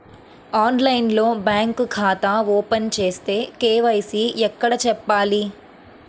ఆన్లైన్లో బ్యాంకు ఖాతా ఓపెన్ చేస్తే, కే.వై.సి ఎక్కడ చెప్పాలి?